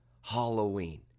Halloween